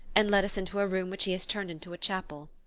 and led us into a room which he has turned into a chapel.